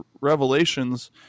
revelations